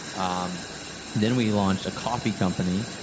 um then we launched a coffee company,